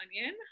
onion